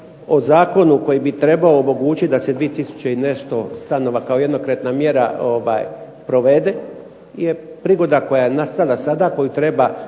o zakonu koji bi trebao omogućit da se 2 tisuće i nešto stanova kao jednokratna mjera provede je prigoda koja je nastala sada, koju treba